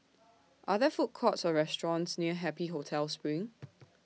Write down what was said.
Are There Food Courts Or restaurants near Happy Hotel SPRING